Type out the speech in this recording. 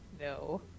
no